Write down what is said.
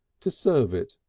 to serve it,